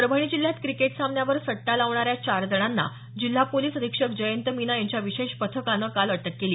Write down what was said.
परभणी जिल्ह्यात क्रिकेट सामन्यावर सट्टा लावणाऱ्या चार जणांना जिल्हा पोलीस अधीक्षक जयंत मीना यांच्या विशेष पथकानं काल अटक केली